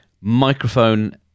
Microphone